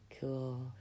cool